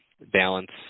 balance